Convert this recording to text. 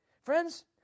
Friends